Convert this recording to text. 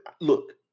look